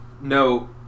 no